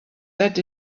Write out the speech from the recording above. that